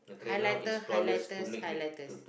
highlighter highlighters highlighters